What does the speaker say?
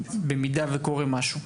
במידה וקורה משהו.